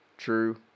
true